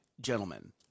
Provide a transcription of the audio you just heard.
gentlemen